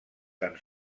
tan